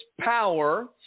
power